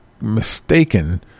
mistaken